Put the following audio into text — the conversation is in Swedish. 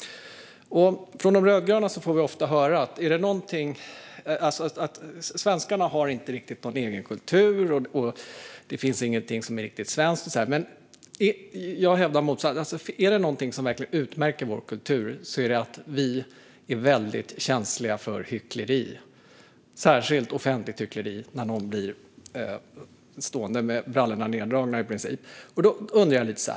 Från de rödgröna får vi ofta höra att svenskarna inte riktigt har någon egen kultur, att det inte finns någonting som är riktigt svenskt och så vidare. Jag hävdar motsatsen. Är det någonting som verkligen utmärker vår kultur så är det att vi är känsliga för hyckleri, särskilt offentligt hyckleri när någon i princip blir stående med brallorna neddragna. Jag undrar en sak.